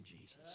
Jesus